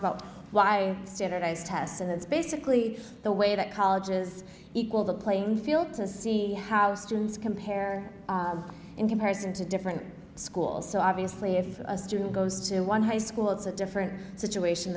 about why standardized tests and that's basically the way that colleges equal the playing field and see how students compare in comparison to different schools so obviously if a student goes to one high school it's a different situation